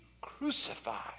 crucified